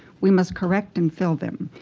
we must correct and fill them.